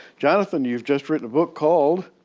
jonathan, you've just written a book called.